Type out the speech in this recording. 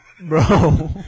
Bro